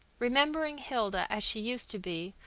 remembering hilda as she used to be,